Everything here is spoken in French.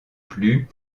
plus